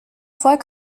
fois